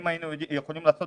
אם היינו יכולים לעשות